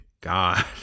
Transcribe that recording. God